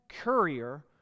courier